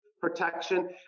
protection